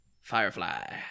Firefly